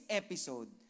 episode